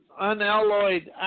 unalloyed